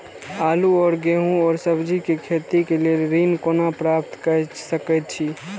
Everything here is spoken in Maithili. आलू और गेहूं और सब्जी के खेती के लेल ऋण कोना प्राप्त कय सकेत छी?